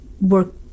work